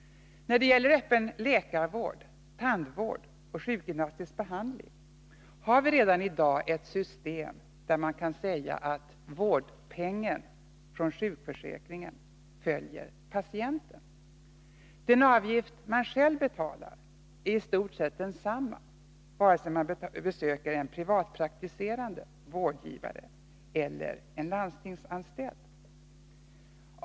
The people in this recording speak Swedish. När det gäller öppen läkarvård, tandvård och sjukgymnastisk behandling har vi redan i dag ett system, om vilket man kan säga att ”vårdpengen” från sjukförsäkringen följer patienten. Den avgift man själv betalar är i stort sett densamma, vare sig man besöker en privatpraktiserande vårdgivare eller en landstingsanställd.